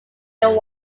during